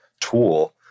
tool